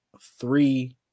three